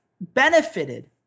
benefited